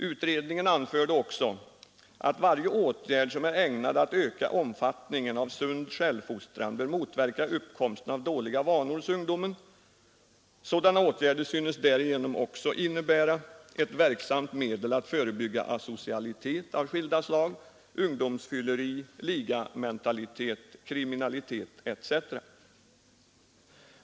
Utredningen anförde också ”att varje åtgärd, som är ägnad att öka omfattningen av sund självfostran bör motverka uppkomsten av dåliga vanor hos ungdomen. Sådana åtgärder synes därigenom också innebära ett verksamt medel att förebygga asocialitet av skilda slag, ungdomsfylleri, ligamentalitet, kriminalitet etc.”.